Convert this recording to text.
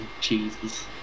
Jesus